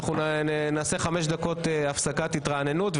נעשה חמש דקות הפסקת התרעננות,